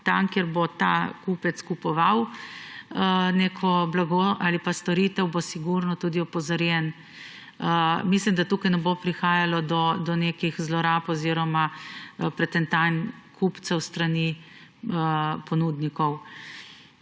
tam, kjer bo ta kupec kupoval neko blago ali pa storitev, bo sigurno tudi opozorjen. Mislim, da tukaj ne bo prihajalo do nekih zlorab oziroma pretentan kupcev s strani ponudnikov.